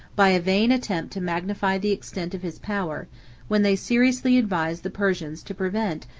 by a vain attempt to magnify the extent of his power when they seriously advised the persians to prevent,